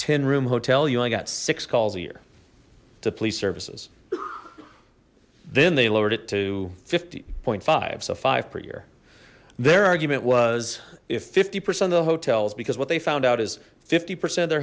ten room hotel you only got six calls a year to police services then they lowered it to fifty point five so five per year their argument was if fifty percent of the hotels because what they found out is fifty percent their